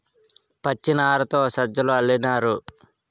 పచ్చినారతో సజ్జలు అల్లినారు